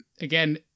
again